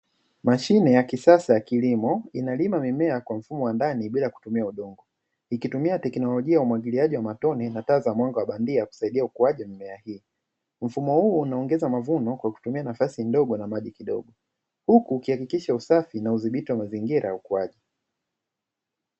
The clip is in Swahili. Mashine ya kisasa ya kilimo inalima mimea kwa mfumo wa ndani bila kutumia udongo, ikitumia teknolojia ya umwagiliaji wa matone na taa za mwanga wa bandia kusaidia ukuaji wa mimea hii. Mfumo huu unaongeza mavuno kwa kutumia nafasi ndogo na maji kidogo, huku ukihakikisha usafi na udhibiti wa mazingira ya ukuaji.